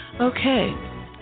Okay